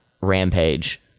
Rampage